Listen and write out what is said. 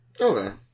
Okay